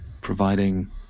providing